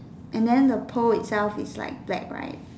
and then the pole itself is like black right